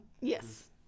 Yes